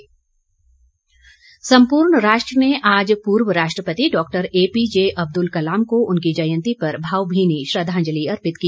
कलाम जयंती सम्पूर्ण राष्ट्र ने आज पूर्व राष्ट्रपति डॉक्टर एपीजे अब्दुल कलाम को उनकी जयंती पर भावभीनी श्रद्दांजलि अर्पित की